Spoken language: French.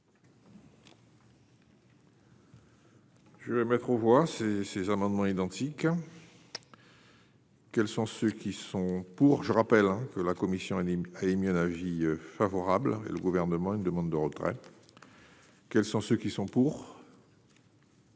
Je vais mettre aux voix ces ces amendements identiques. Quels sont ceux qui sont pour. Je rappelle que la commission a émis un avis favorable et le gouvernement, une demande de retrait. Quels sont ceux qui sont pour.